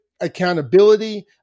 accountability